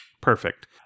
Perfect